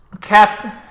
Captain